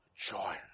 Joy